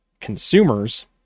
consumers